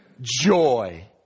joy